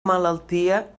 malaltia